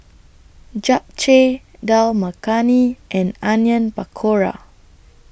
Japchae Dal Makhani and Onion Pakora